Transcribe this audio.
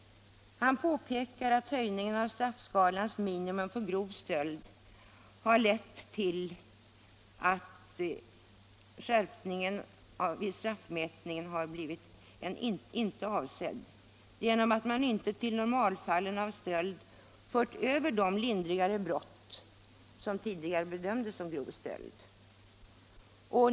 Han påpekar att höjningen av straffskalans minimum för grov stöld har lett till en inte avsedd skärpning av straffutmätningen genom att man inte till normalfallen av stöld fört över de lindrigare brott som tidigare bedömdes som grov stöld.